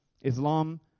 Islam